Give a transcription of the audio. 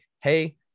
hey